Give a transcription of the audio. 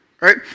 Right